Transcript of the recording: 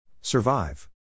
Survive